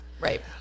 right